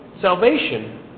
salvation